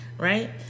Right